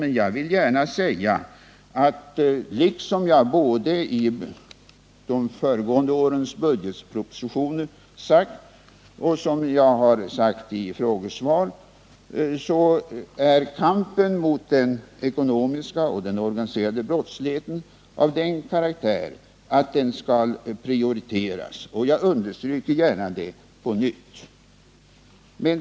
Men jag vill gärna säga — liksom jag gjort i de båda föregående årens budgetpropositioner och i frågesvar — att kampen mot den ekonomiska och den organiserade brottsligheten är av den karaktären att den skall prioriteras. Jag understryker det gärna på nytt.